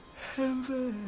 heaven